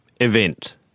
Event